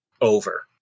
over